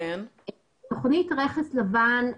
תכנית רכס לבן,